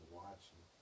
watching